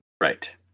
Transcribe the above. Right